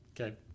Okay